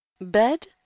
bed